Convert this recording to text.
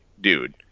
dude